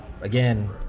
Again